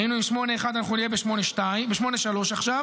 היינו עם 8.1% אנחנו נהיה ב-8.3% עכשיו.